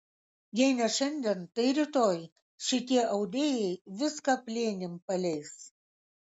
jei ne šiandien tai rytoj šitie audėjai viską plėnim paleis